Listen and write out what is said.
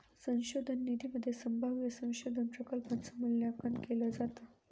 संशोधन निधीमध्ये संभाव्य संशोधन प्रकल्पांच मूल्यांकन केलं जातं